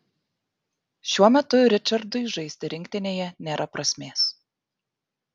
šiuo metu ričardui žaisti rinktinėje nėra prasmės